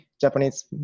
Japanese